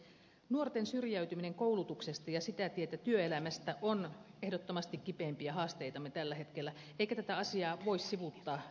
nuorten syrjäytyminen koulutuksesta ja sitä tietä työelämästä on ehdottomasti kipeimpiä haasteitamme tällä hetkellä eikä tätä asiaa voi sivuuttaa kehyskeskustelussakaan